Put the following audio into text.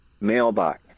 mailbox